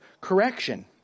correction